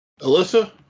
Alyssa